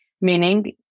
Meaning